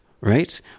right